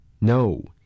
no